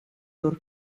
door